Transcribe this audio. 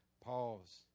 Pause